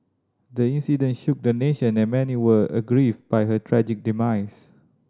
the incident shook the nation and many were aggrieved by her tragic demise